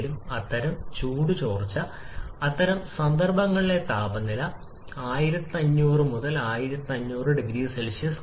അതിനാൽ കൂടുതൽ ഊർജ്ജം ആയിരിക്കും ഒരു നിശ്ചിത അളവിലുള്ള താപനില വർദ്ധനവിന് തന്മാത്ര സ്വയം ആഗിരണം ചെയ്യുന്നു